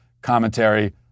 commentary